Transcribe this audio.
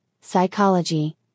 psychology